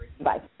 Bye